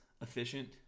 efficient